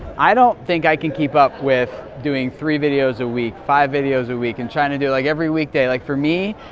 i don't think i can keep up with doing three videos a week, five videos a week, and trying to do, like, every weekday, like, for me,